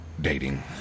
dating